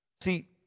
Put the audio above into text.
See